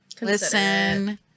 listen